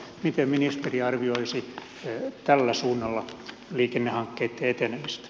miten ministeri arvioisi tällä suunnalla liikennehankkeitten etenemistä